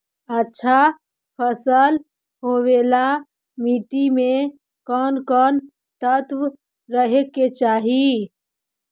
अच्छा फसल होबे ल मट्टी में कोन कोन तत्त्व रहे के चाही?